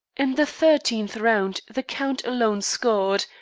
in the thirteenth round the count alone scored,